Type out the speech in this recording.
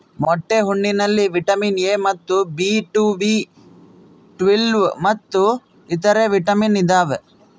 ಮೊಟ್ಟೆ ಹಣ್ಣಿನಲ್ಲಿ vitamin A ಮತ್ತು ಬಿ ಟು ಬಿ ಟ್ವೇಲ್ವ್ ಮತ್ತು ಇತರೆ ವಿಟಾಮಿನ್ ಇದಾವೆ